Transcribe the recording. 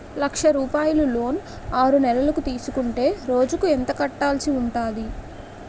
లక్ష రూపాయలు లోన్ ఆరునెలల కు తీసుకుంటే రోజుకి ఎంత కట్టాల్సి ఉంటాది?